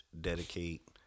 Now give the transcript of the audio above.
dedicate